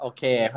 Okay